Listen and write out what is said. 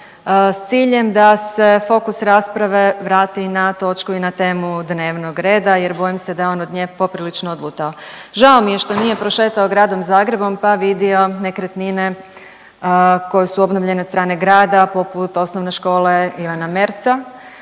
s ciljem da se fokus rasprave vrati na točku i na temu dnevnog reda jer bojim se da je on od nje poprilično odlutao. Žao mi je što nije prošetao gradom Zagrebom pa vidio nekretnine koje su obnovljene od strane grada, poput Osnovne škole Ivana Merza,